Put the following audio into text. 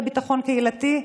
גם את הרשות לביטחון קהילתי,